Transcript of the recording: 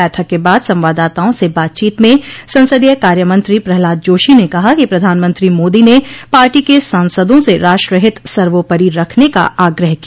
बैठक के बाद संवाददाताओं से बातचीत में संसदीय कार्यमंत्री प्रहलाद जोशी ने कहा कि प्रधानमंत्री मोदी ने पार्टी के सांसदों से राष्ट्र हित सर्वोपरि रखने का आग्रह किया